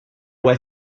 where